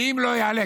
ואם לא יעלה,